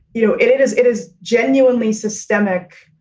you know, it it is it is genuinely systemic,